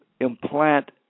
implant